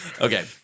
Okay